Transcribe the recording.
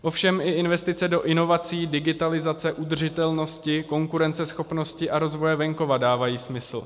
Ovšem i investice do inovací, digitalizace, udržitelnosti, konkurenceschopnosti a rozvoje venkova dávají smysl.